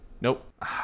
nope